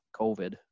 COVID